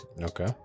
Okay